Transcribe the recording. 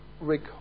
Rick